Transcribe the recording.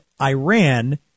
Iran